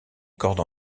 cordes